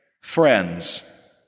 friends